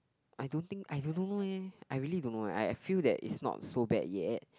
I don't think I don't know leh I really don't know leh I feel that it's not so bad yet